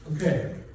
Okay